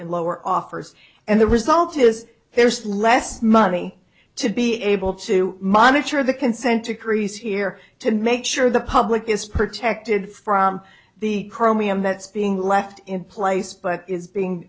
and lower offers and the result is there's less money to be able to monitor the consent decrees here to make sure the public is protected from the chromium that's being left in place but is being